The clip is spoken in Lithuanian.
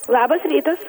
labas rytas